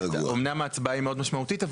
אמנם ההצבעה היא מאוד משמעותית,